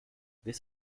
this